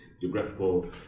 geographical